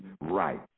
right